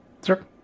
Sir